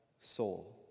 soul